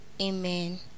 Amen